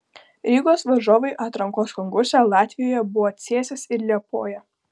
rygos varžovai atrankos konkurse latvijoje buvo cėsys ir liepoja